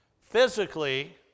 physically